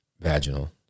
vaginal